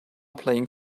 playing